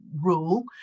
rule